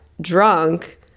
drunk